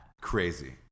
Crazy